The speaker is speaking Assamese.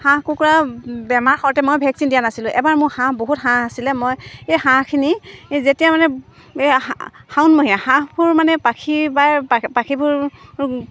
হাঁহ কুকুৰা বেমাৰ হওঁতে মই ভেকচিন দিয়া নাছিলোঁ এবাৰ মোৰ হাঁহ বহুত হাঁহ আছিলে মই এই হাঁহখিনি যেতিয়া মানে এই শা শাওণমহীয়া হাঁহবোৰ মানে পাখি বাই পাখিবোৰ